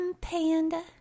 panda